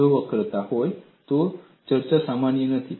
જો વક્રતા હોય તો ચર્ચા માન્ય નથી